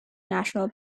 national